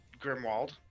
Grimwald